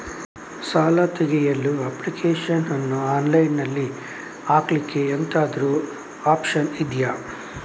ಸಾಲ ತೆಗಿಯಲು ಅಪ್ಲಿಕೇಶನ್ ಅನ್ನು ಆನ್ಲೈನ್ ಅಲ್ಲಿ ಹಾಕ್ಲಿಕ್ಕೆ ಎಂತಾದ್ರೂ ಒಪ್ಶನ್ ಇದ್ಯಾ?